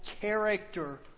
character